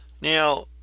Now